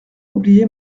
oublié